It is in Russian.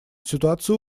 ситуация